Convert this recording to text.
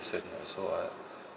lah so I